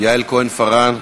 יעל כהן-פארן,